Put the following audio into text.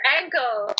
ankle